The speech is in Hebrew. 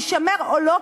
להישמר או לא,